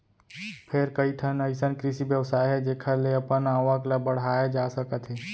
फेर कइठन अइसन कृषि बेवसाय हे जेखर ले अपन आवक ल बड़हाए जा सकत हे